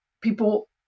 people